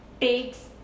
takes